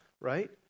right